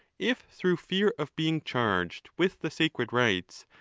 if through fear of being charged with the sacred rites,